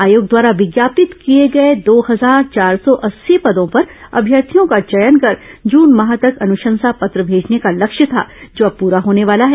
आयोग द्वारा विज्ञापित किए गए दो हजार चार सौ अस्सी पदों पर अभ्यर्थियों का चयन कर जन माह तक अनुशंसा पत्र भेजने का लक्ष्य था जो अब पूरा होने वाला है